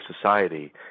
society